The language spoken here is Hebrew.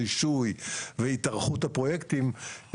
רישוי והתארכות הפרויקטים,